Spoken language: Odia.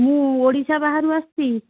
ମୁଁ ଓଡ଼ିଶା ବାହାରୁ ଆସିଛି